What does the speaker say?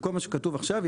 במקום מה שכתוב עכשיו,